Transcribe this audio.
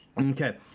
Okay